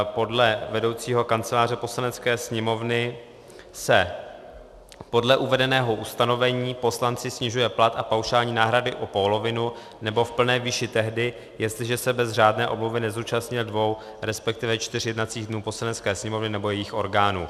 Podle vedoucího Kanceláře Poslanecké sněmovny se podle uvedeného ustanovení poslanci snižuje plat a paušální náhrady o polovinu, nebo v plné výši tehdy, jestliže se bez řádné omluvy nezúčastnil dvou, resp. čtyř jednacích dnů Poslanecké sněmovny nebo jejích orgánů.